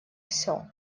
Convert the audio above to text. все